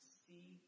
see